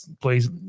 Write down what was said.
please